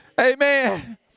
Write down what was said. Amen